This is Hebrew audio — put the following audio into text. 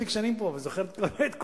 זאת אומרת: